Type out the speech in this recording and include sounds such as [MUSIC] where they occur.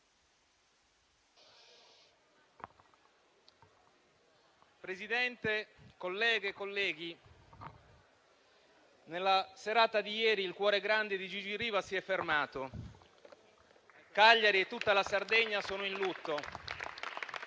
Presidente, colleghe e colleghi, nella serata di ieri il cuore grande di Gigi Riva si è fermato. [APPLAUSE] Cagliari e tutta la Sardegna sono in lutto.